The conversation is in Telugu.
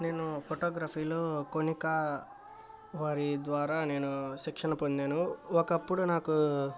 నేను ఫోటోగ్రఫీలో కొనికా వారి ద్వారా నేను శిక్షణ పొందాను ఒకప్పుడు నాకూ